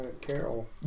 Carol